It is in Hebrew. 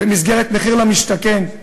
במסגרת מחיר למשתכן,